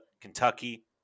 Kentucky